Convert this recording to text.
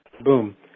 boom